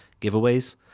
giveaways